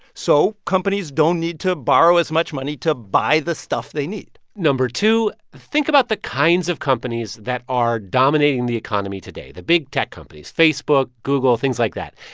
so companies don't need to borrow as much money to buy the stuff they need no. two think about the kinds of companies that are dominating the economy today, the big tech companies facebook, google, things like that.